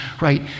right